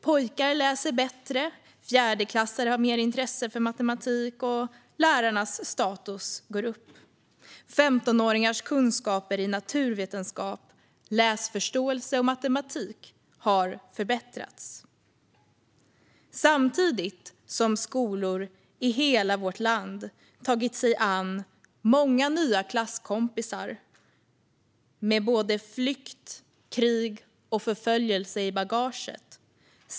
Pojkar läser bättre, fjärdeklassare har mer intresse för matematik, lärarnas status ökar och 15-åringars kunskap i naturvetenskap, läsförståelse och matematik har förbättrats. Samtidigt vänder resultaten uppåt också i skolor i hela vårt land som har tagit sig an många nya klasskompisar med flykt, krig och förföljelse i bagaget.